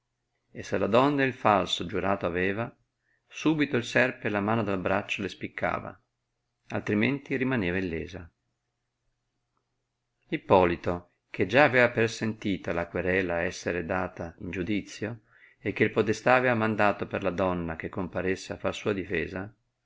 e se la donna il falso giurato aveva subito il serpe la mano dal braccio le spiccava altrimenti rimaneva illesa ippolito che già aveva persentita la querela esser data in giudizio e che il podestà aveva mandato per la donna che comparesse a far sua difesa